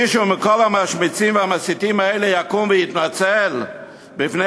מישהו מכל המשמיצים והמסיתים האלה יקום ויתנצל בפני